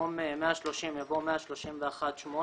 במקום "130%" בא "131.8%"